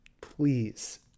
please